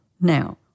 now